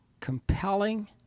compelling